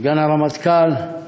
סגן הרמטכ"ל,